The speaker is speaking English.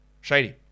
Shady